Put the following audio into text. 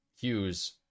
Hughes